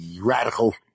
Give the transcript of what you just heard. radical